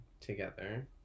together